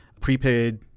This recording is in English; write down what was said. prepaid